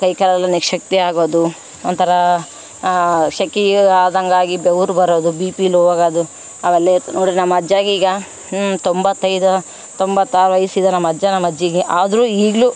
ಕೈ ಕಾಲೆಲ್ಲ ನಿಶಕ್ತಿ ಆಗೋದು ಒಂಥರ ಶೆಖೆಯು ಆದಂಗಾಗಿ ಬೆವ್ರು ಬರೋದು ಬಿ ಪಿ ಲೋ ಆಗೋದು ಅವಲ್ಲೇ ನೋಡಿದ್ರು ನಮ್ಮ ಅಜ್ಜಾಗೆ ಈಗ ತೊಂಬತೈದು ತೊಂಬತ್ತಾರು ವಯಸ್ಸಿದ್ದ ನಮ್ಮ ಅಜ್ಜ ನಮ್ಮ ಅಜ್ಜಿಗೆ ಆದರು ಈಗಲು